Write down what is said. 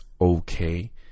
okay